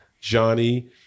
Johnny